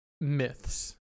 myths